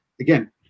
Again